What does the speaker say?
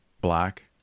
Black